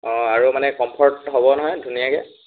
অঁ আৰু মানে কমফৰ্ট হ'ব নহয় ধুনীয়াকৈ